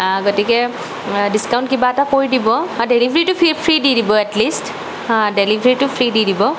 গতিকে ডিচকাউণ্ট কিবা এটা কৰি দিব বা ডেলিভেৰীটো ফ্ৰী ফ্ৰী দি দিব এট লীষ্ট হাঁ ডেলিভাৰীতো ফ্ৰী দি দিব